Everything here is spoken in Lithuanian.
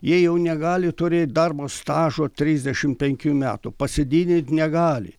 jie jau negali turėt darbo stažo trisdešimt penkių metų pasididint negali